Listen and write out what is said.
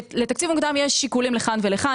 לתקציב מוקדם יש שיקולים לכאן ולכאן,